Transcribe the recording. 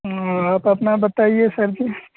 आप अपना बताइए सर जी